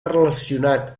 relacionat